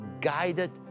guided